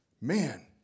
Man